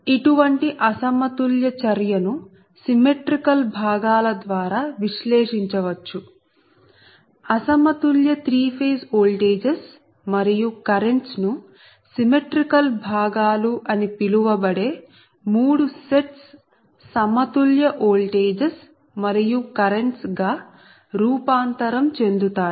ఇటువంటి అసమతుల్య చర్య ను సిమ్మెట్రీకల్ భాగాల ద్వారా విశ్లేషించవచ్చు అసమతుల్య 3 ఫేజ్ ఓల్టేజెస్ మరియు కరెంట్స్ ను సిమ్మెట్రీకల్ భాగాలు అని పిలువబడే మూడు సెట్స్ సమతుల్య ఓల్టేజెస్ మరియు కరెంట్స్ గా రూపాంతరం చెందుతాయి